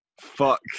Fuck